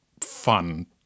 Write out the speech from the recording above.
fun